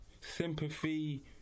sympathy